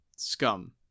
Scum